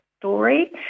story